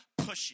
pushy